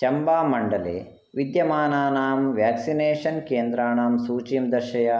चम्बा मण्डले विद्यमानानां वेक्सिनेषन् केन्द्राणां सूचीं दर्शय